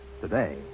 today